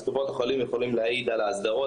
אז קופות החולים יכולות להעיד על ההסדרות